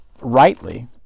rightly